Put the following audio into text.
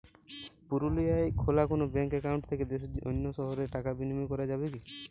পুরুলিয়ায় খোলা কোনো ব্যাঙ্ক অ্যাকাউন্ট থেকে দেশের অন্য শহরে টাকার বিনিময় করা যাবে কি?